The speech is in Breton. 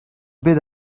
bet